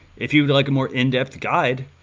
if you would like a more in-depth guide,